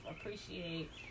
appreciate